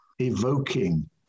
Evoking